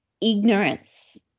ignorance